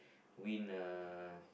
win a